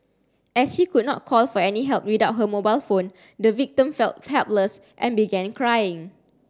as she could not call for any help without her mobile phone the victim felt helpless and began crying